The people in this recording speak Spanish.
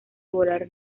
volar